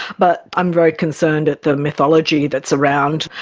but i'm very concerned at the mythology that's around,